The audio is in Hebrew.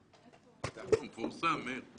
(הקרנת סרטון) אוקי, תודה רבה.